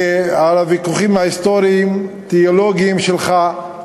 ולוויכוחים ההיסטוריים התיאולוגיים שלך,